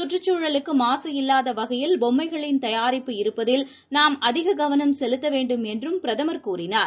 கற்றுச் சூழலுக்குமாசு இல்லாதவகையில் பொம்மைகளின் தயாரிப்பு இருப்பதில் நாம் அதிககவனம் செலுத்தவேண்டும் என்றும் பிரதமர் கூறினார்